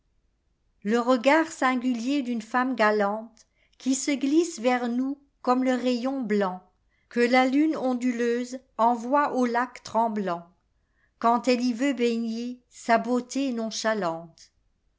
le regard singulier d'une femme galantequi se glisse vers nous comme le rayon blancque la lune onduleuse envoie au lac tremblant quand elle y veut baigner sa beauté nonchalante